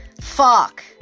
fuck